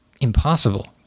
impossible